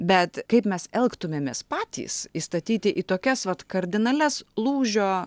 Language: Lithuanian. bet kaip mes elgtumėmės patys įstatyti į tokias vat kardinalias lūžio